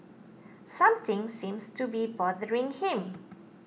something seems to be bothering him